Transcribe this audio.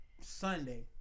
Sunday